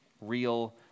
real